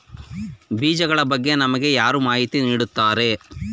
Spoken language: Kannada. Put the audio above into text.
ಬೀಜಗಳ ಬಗ್ಗೆ ನಮಗೆ ಯಾರು ಮಾಹಿತಿ ನೀಡುತ್ತಾರೆ?